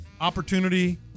opportunity –